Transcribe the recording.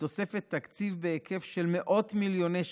בתוספת תקציב בהיקף של מאות מיליוני שקלים.